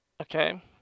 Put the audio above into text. Okay